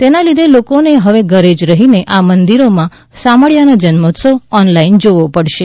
તેના લીધે લોકોને હવે ઘરે જ રહીને આ મંદિરોમાં શામળિયાનો જન્મોત્સવ ઓનલાઈન જોવો પડશે